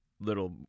little